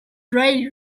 ray